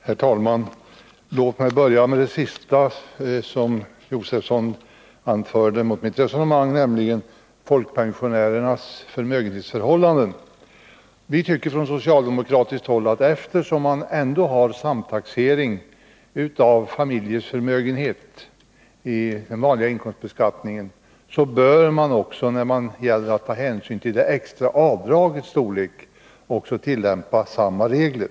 Herr talman! Låt mig börja med att ta upp det sista som Stig Josefson anförde mot mitt resonemang om folkpensionärernas förmögenhetsförhållanden. Vi tycker från socialdemokratiskt håll, att eftersom man har samtaxering av familjeförmögenhet i den vanliga inkomstbeskattningen så bör man också när det gäller att ta hänsyn till det extra avdragets storlek tillämpa samma regler.